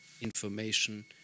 information